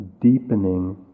deepening